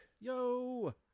Yo